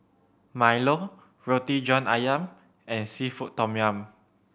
milo Roti John Ayam and seafood tom yum